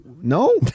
No